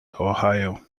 ohio